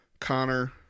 Connor